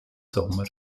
sommer